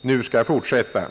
nu skall fortsätta.